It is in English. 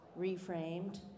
reframed